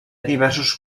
diversos